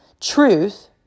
truth